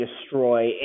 destroy